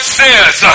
says